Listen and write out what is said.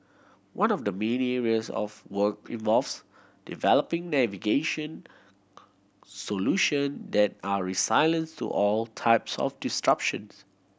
one of the main areas of work involves developing navigation solution that are resilient to all types of disruptions